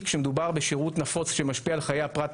כשמדובר בשירות נפוץ שמשפיע על חיי הפרט,